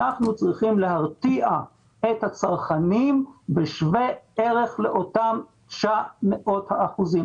אנחנו צריכים להרתיע את הצרכנים בשווה ערך לאותם 900 האחוזים.